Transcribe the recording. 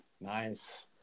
Nice